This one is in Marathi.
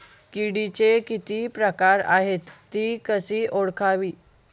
किडीचे किती प्रकार आहेत? ति कशी ओळखावी?